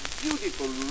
beautiful